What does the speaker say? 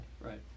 Right